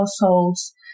households